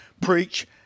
Preach